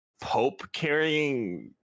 Pope-carrying